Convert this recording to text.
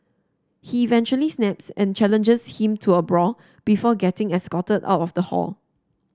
he eventually snaps and challenges him to a brawl before getting escorted out of the hall